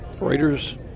Raiders